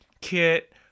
kit